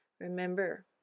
Remember